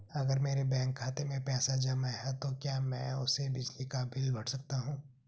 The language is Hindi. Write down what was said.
अगर मेरे बैंक खाते में पैसे जमा है तो क्या मैं उसे बिजली का बिल भर सकता हूं?